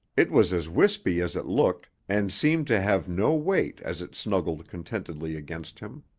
it was as wispy as it looked and seemed to have no weight as it snuggled contentedly against him.